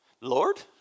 Lord